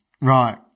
right